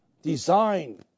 Design